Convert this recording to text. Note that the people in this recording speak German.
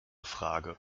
frage